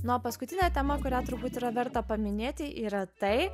nu o paskutinė tema kurią truputį yra verta paminėti yra tai